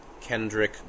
Kendrick